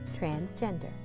transgender